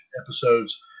episodes